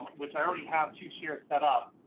which i already have two shares set up,